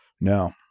No